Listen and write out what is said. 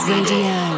Radio